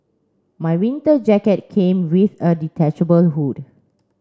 my winter jacket came with a detachable hood